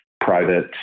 private